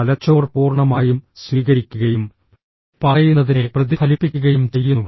തലച്ചോർ പൂർണ്ണമായും സ്വീകരിക്കുകയും പറയുന്നതിനെ പ്രതിഫലിപ്പിക്കുകയും ചെയ്യുന്നു